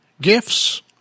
gifts